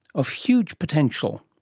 of huge potential.